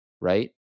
right